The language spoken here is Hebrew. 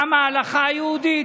גם ההלכה היהודית.